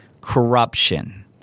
Corruption